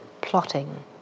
plotting